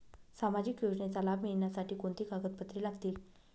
सामाजिक योजनेचा लाभ मिळण्यासाठी कोणती कागदपत्रे लागतील?